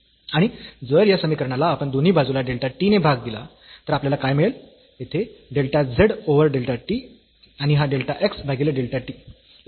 आणि जर या समीकरणाला आपण दोन्ही बाजूला डेल्टा t ने भाग दिला तर आपल्याला काय मिळेल येथे delta z over delta t आणि हा डेल्टा x भागीले डेल्टा t